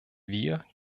wir